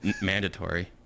mandatory